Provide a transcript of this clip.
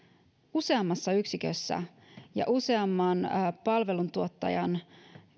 useammassa yksikössä ja useamman palveluntuottajan